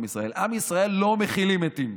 עם ישראל" בעם ישראל לא מכילים מתים.